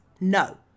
no